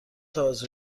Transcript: توسط